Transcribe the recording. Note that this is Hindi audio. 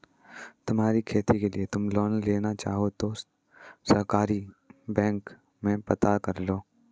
तुम्हारी खेती के लिए तुम लोन लेना चाहो तो सहकारी बैंक में पता करलो